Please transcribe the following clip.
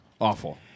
awful